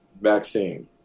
vaccine